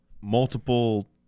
multiple